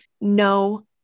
No